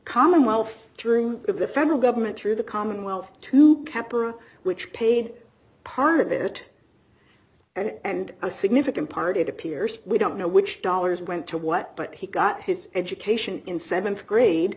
commonwealth through the federal government through the commonwealth to kappa which paid part of it and a significant part it appears we don't know which dollars went to what but he got his education in th grade